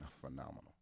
phenomenal